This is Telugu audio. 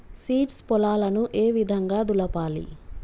సీడ్స్ పొలాలను ఏ విధంగా దులపాలి?